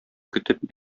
көтеп